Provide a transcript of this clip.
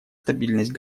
стабильность